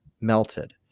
melted